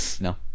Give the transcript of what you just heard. no